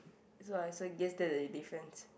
as long as I also get it the difference